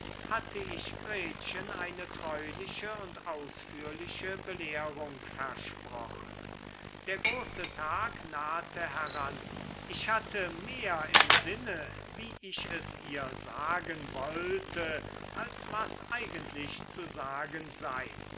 hatte ich gretchen eine treuliche und ausführliche belehrung versprochen der große tag nahte heran ich hatte mehr im sinne wie ich es ihr sagen wollte als was eigentlich zu sagen sei